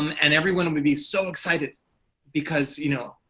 um and everyone would be so excited because you know